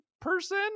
person